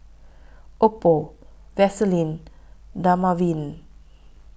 Oppo Vaselin Dermaveen